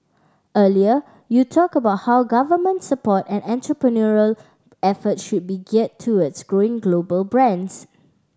earlier you talked about how government support and entrepreneurial effort should be geared towards growing global brands